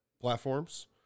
platforms